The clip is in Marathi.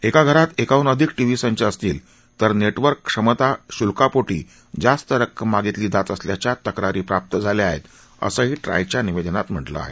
एका घरात एकाहून अधिक टीव्ही संच असतील तर नेटवर्क क्षमता शुल्कापोटी जास्त रक्कम मागितली जात असल्याच्या तक्रारी प्राप्त झाल्या आहेत असंही ट्रायच्या निवेदनात म्हटलं आहे